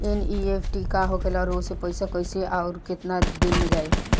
NEFT का होखेला और ओसे पैसा कैसे आउर केतना दिन मे जायी?